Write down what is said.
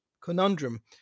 conundrum